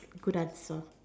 good answer